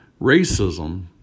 racism